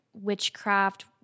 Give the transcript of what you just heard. witchcraft